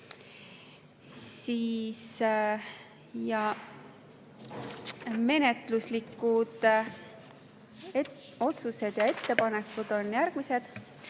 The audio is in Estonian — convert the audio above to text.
Menetluslikud otsused ja ettepanekud on järgmised.